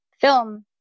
film